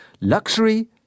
Luxury